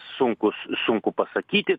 sunkus sunku pasakyti